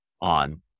on